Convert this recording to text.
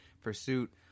Pursuit